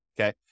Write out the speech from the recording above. okay